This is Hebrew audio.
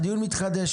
מתחדש.